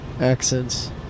accents